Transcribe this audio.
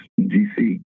GC